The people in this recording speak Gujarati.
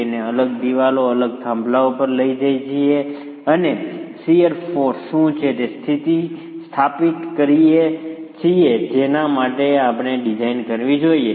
તેને અલગ દિવાલો અને અલગ થાંભલાઓ પર લઈ જઈએ છીએ અને શીયર ફોર્સ શું છે તે સ્થાપિત કરીએ છીએ કે જેના માટે આપણે ડિઝાઇન કરવી જોઈએ